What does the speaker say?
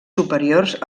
superiors